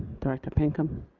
director pinkham.